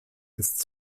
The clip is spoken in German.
ist